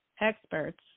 experts